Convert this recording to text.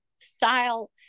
style